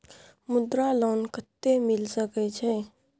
मुद्रा लोन कत्ते मिल सके छै?